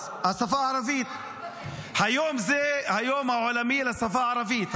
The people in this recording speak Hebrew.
אז השפה הערבית ------ היום זה היום העולמי לשפה הערבית,